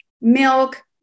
milk